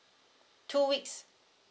two weeks